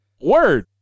Word